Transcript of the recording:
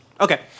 Okay